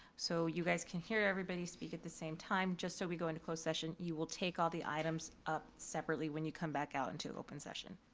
so you guys can hear everybody speak at the same time, just so we go into closed session, you will take all the items up separately when you come back out into open session.